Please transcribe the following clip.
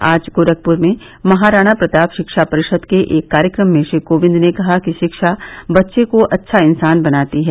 आज गोरखप्र में महाराणा प्रताप शिक्षा परिषद के एक कार्यक्रम में श्री कोविंद ने कहा कि रिक्षा बच्चे को अच्छा इंसान बनाती है